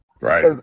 right